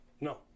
No